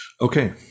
Okay